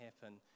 happen